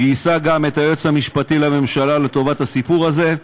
גייסה גם את היועץ המשפטי לממשלה לטובת הסיפור הזה,